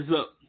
up